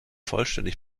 vollständig